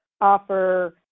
offer